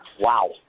Wow